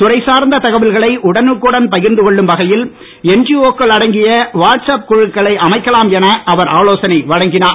துறை சார்ந்த தகவல்களை உடனுக்குடன் பகிர்ந்து கொள்ளும் வகையில் என்ஜிஓ க்கள் அடங்கிய வாட்ஸ் ஆப் குழுக்களை அமைக்கலாம் என அவர் ஆலோசனை வழங்கினார்